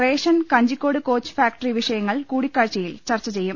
ration Kanjikode coach factory വിഷയങ്ങൾ കൂടിക്കാഴ്ചയിൽ ചർച്ച ചെയ്യും